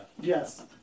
Yes